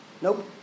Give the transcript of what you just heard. nope